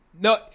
No